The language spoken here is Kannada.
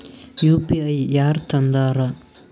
ಯು.ಪಿ.ಐ ಯಾರ್ ತಂದಾರ?